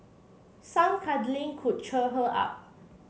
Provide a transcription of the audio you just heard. some cuddling could cheer her up